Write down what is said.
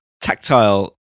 tactile